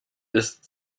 ist